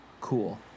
Cool